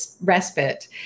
respite